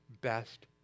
best